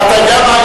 אתה יודע מה?